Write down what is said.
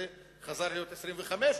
זה חזר להיות 25 מיליון,